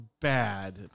bad